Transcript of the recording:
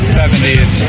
70s